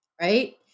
Right